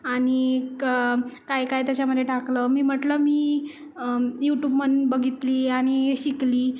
आणिक काय काय त्याच्यामध्ये टाकलं मी म्हटलं मी यूटूबवरून बघितली आणि शिकली